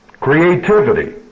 creativity